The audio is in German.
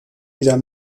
wieder